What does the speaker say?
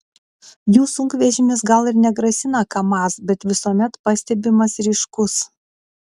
jų sunkvežimis gal ir negrasina kamaz bet visuomet pastebimas ryškus